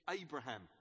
Abraham